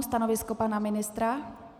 Stanovisko pana ministra?